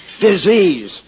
Disease